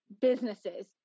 businesses